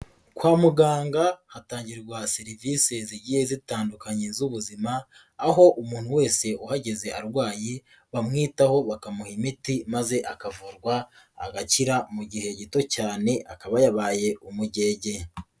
Kwa muganga hatangirwa serivisi zigiye zitandukanye z'ubuzima, aho umuntu wese uhageze arwaye, bamwitaho bakamuha imiti, maze akavurwa agakira, mu gihe gito cyane akaba yabaye umugege,